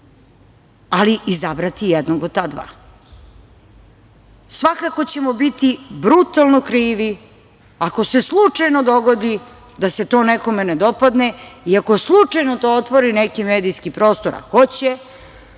ali izabrati jednog od ta dva. Svakako ćemo biti brutalno krivi, ako se slučajno dogodi da se to nekome ne dopadne, iako slučajno to otvori neki medijski prostor, a neko